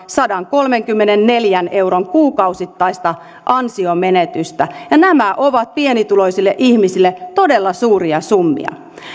sadankolmenkymmenenneljän euron kuukausittaista ansionmenetystä ja nämä ovat pienituloisille ihmisille todella suuria summia